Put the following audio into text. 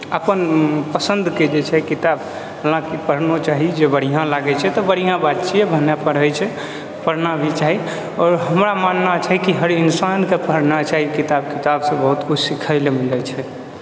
अपन पसन्दके जे छै किताब हालाँकि पढ़नो चाही जे बढ़िआँ लागै छै तऽ बढ़िआँ बात छियै भने पढै़ छै पढ़ना भी चाही आओर हमरा मानना छै कि हर इंसानके पढ़ना चाही किताब किताबसँ बहुत किछु सीखै लऽ मिलै छै